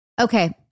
Okay